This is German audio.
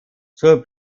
zur